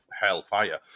hellfire